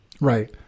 Right